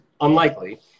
unlikely